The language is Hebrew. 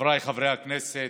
חבריי חברי הכנסת,